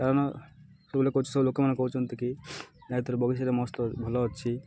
କାରଣ କହୁଛି ସବୁ ଲୋକମାନେ କହୁଛନ୍ତି କି ଆରେ ତୋର ବଗିଚାରେ ମସ୍ତ୍ ଭଲ ଅଛି